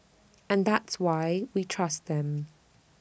and that's why we trust them